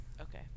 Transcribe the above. okay